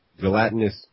Gelatinous